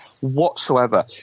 whatsoever